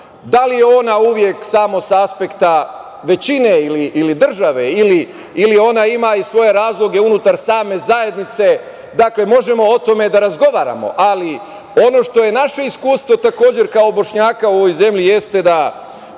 Da li je ona uvek samo sa aspekta većine ili države ili ona ima i svoje razloge unutar same zajednice, možemo o tome da razgovaramo, ali ono što je naše iskustvo kao Bošnjaka u ovoj zemlji jeste da